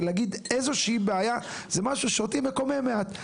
ולהגיד: "איזו שהיא בעיה" זה משהו שמקומם אותי מעט.